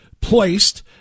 placed